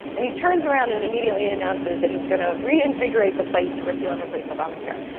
and he turns around and immediately announces that he's going to reinvigorate the fight to repeal and replace obamacare.